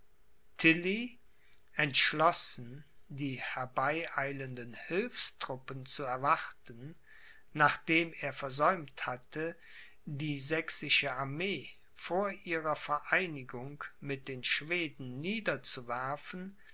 entschlossen die herbeieilenden hilfstruppen zu erwarten nachdem er versäumt hatte die sächsische armee vor ihrer vereinigung mit den schweden niederzuwerfen